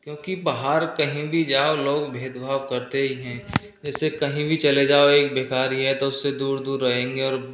क्योंकि बाहर कहीं भी जाओ लोग भेद भाव करते ही है जैसे कहीं भी चले जाओ एक भिखारी है तो उस से दूर दूर रहेंगे